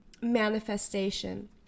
manifestation